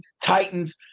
Titans